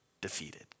defeated